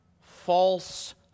false